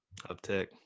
Uptick